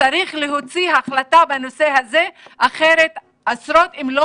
צריך להוציא החלטה בנושא הזה אחרת עשרות אם לא